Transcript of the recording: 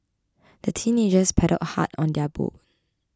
the teenagers paddled hard on their boat